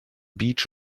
beech